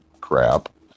crap